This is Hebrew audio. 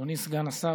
אדוני סגן השר,